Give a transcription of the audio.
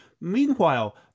Meanwhile